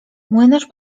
młynarz